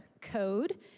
code